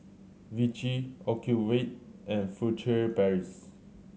Vichy Ocuvite and Furtere Paris